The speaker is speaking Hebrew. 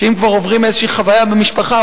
שאם כבר עוברים איזושהי חוויה במשפחה,